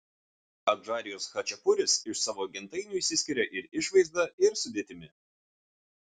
adžarijos chačapuris iš savo gentainių išsiskiria ir išvaizda ir sudėtimi